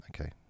Okay